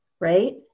right